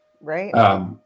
Right